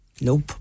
Nope